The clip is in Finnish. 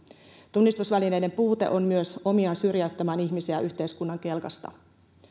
tunnistusvälineiden puute on myös omiaan syrjäyttämään ihmisiä yhteiskunnan kelkasta